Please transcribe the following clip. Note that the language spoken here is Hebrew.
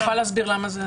אני יכולה להסביר למה זה.